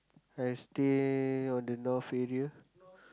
I stay on the North area